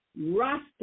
rasta